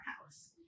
house